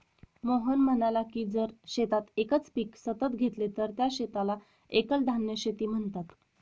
मोहन म्हणाला की जर शेतात एकच पीक सतत घेतले तर त्या शेताला एकल धान्य शेती म्हणतात